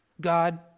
God